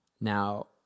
Now